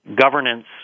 governance